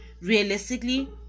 realistically